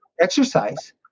exercise